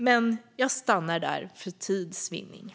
Men jag stannar där, för tids vinnande.